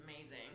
amazing